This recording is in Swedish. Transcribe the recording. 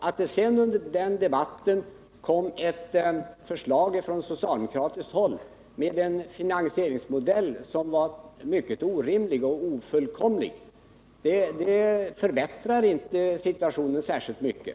Att det sedan kom ett förslag från socialdemokratiskt håll med en finansieringsmodell som var både orimlig och ofullständig förbättrar inte situationen särskilt mycket.